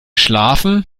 schlafen